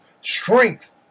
Strength